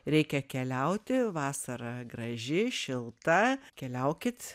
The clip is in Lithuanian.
reikia keliauti vasara graži šilta keliaukit